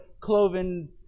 cloven